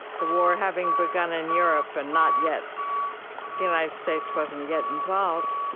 the war having begun in europe and not yet the united states wasn't yet involved.